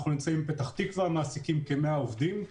אנחנו יושבים בפתח תקווה ומעסיקים כ-100 עובדים.